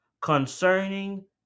concerning